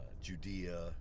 Judea